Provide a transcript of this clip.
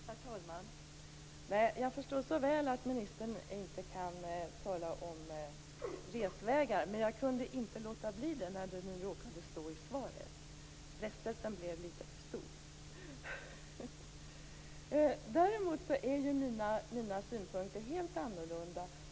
Herr talman! Jag förstår så väl att ministern inte kan tala om resvägar, men jag kunde inte låta bli att ta upp detta eftersom det togs upp i svaret. Frestelsen blev litet för stor. Däremot är mina synpunkter helt annorlunda.